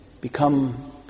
become